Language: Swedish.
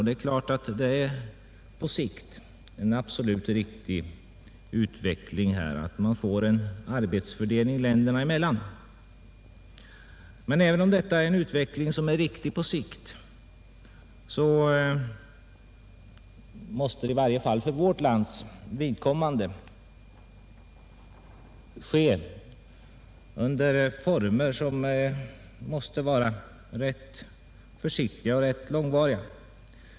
Det är självfallet på sikt helt riktigt att utvecklingen går mot en arbetsfördelning länderna emellan, men den måste i varje fall för vårt lands vidkommande äga rum under rätt försiktiga former och ta ganska lång tid.